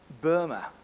Burma